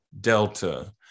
Delta